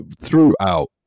throughout